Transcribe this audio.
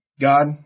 God